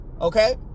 okay